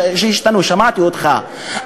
שמעתי אותך,